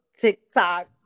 TikTok